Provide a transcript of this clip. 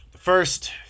first